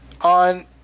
on